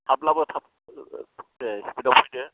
थाब लाबो थाब दे स्पिडआव फैदो